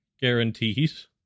guarantees